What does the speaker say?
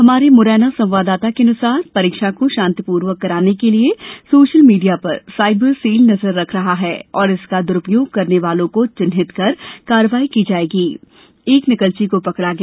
हमारे मुरैना संवाददाता के अनुसार परीक्षा को शांतिपूर्वक कराने के लिए सोशल मीडिया पर सायबर सेल नजर रख रहा है और इसका दुरूपयोग करने वालों को चिन्हित कर कार्यवाई की जायेगी एक नकलची को पकड़ा गया